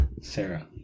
Sarah